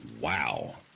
wow